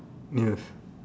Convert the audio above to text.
yes